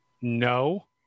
No